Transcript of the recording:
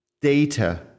data